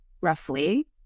roughly